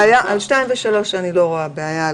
אני לא רואה בעיה.